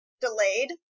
Delayed